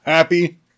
Happy